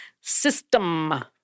system